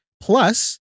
Plus